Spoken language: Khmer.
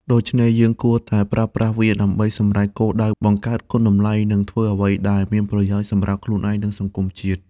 ដូច្នេះយើងគួរតែប្រើប្រាស់វាដើម្បីសម្រេចគោលដៅ បង្កើតគុណតម្លៃ និងធ្វើអ្វីដែលមានប្រយោជន៍សម្រាប់ខ្លួនឯង និងសង្គមជាតិ។